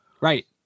Right